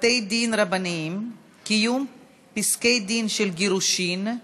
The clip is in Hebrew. בתי-דין רבניים (קיום פסקי-דין של גירושין)